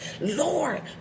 Lord